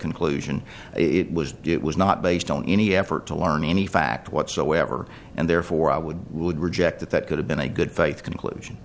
conclusion it was it was not based on any effort to learn any fact whatsoever and therefore i would would reject that that could have been a good faith conclusion